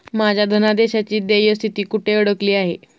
माझ्या धनादेशाची देय स्थिती कुठे अडकली आहे?